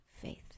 faith